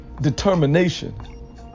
determination